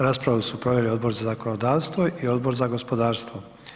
Raspravu su proveli Odbor za zakonodavstvo i Odbor za gospodarstvo.